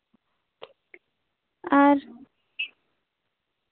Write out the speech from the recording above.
ᱟᱨ